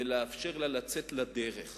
ולאפשר לה לצאת לדרך.